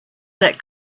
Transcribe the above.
that